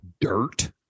dirt